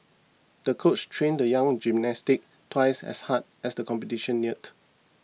the coach trained the young gymnast twice as hard as the competition neared